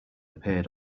appeared